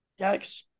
Yikes